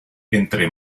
entre